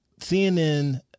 CNN